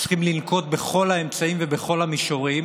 צריכים לנקוט את כל האמצעים ובכל המישורים